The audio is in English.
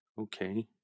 Okay